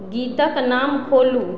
गीतक नाम खोलू